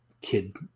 kid